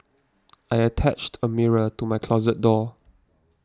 I attached a mirror to my closet door